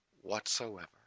whatsoever